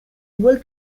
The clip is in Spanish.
igual